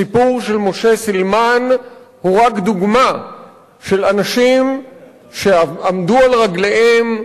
הסיפור של משה סילמן הוא רק דוגמה לאנשים שעמדו על רגליהם,